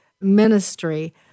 ministry